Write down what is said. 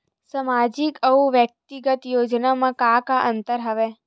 सामाजिक अउ व्यक्तिगत योजना म का का अंतर हवय?